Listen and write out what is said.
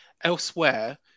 elsewhere